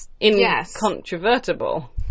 incontrovertible